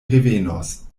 revenos